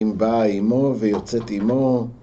היא באה עימו ויוצאת עימו